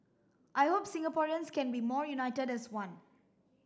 I hope Singaporeans can be more united as one